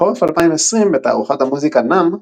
בחורף 2020, בתערוכת המוזיקה NAMM,